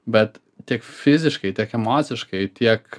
bet tiek fiziškai tiek emociškai tiek